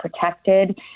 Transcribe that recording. protected